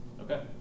Okay